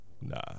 Nah